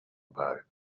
about